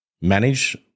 manage